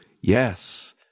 yes